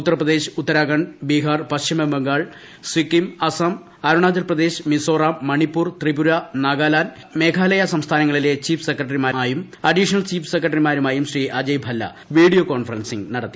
ഉത്തർപ്രദേശ് ഉത്തരാഖണ്ഡ് ബീഹാർ പശ്ചിമബംഗാൾ സിക്കിം അസം അരുണാചൽപ്രദേശ് മിസോറാം മണിപ്പൂർ ത്രിപുര നാഗാലാന്റ് മേഘാലയ സംസ്ഥാനങ്ങളിലെ ചീഫ് സെക്രട്ടറിമാരുമായും additional chief സെക്രട്ടറിമാരുമായും ശ്രീ ക്രഅജയ്ഭല്ല വീഡിയോ കോൺഫറൻസിംഗ് നടത്തി